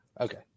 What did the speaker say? Okay